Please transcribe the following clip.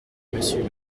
monsieur